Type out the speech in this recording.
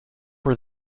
were